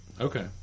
Okay